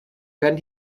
werden